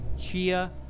Chia